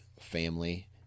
family